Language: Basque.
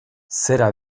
zera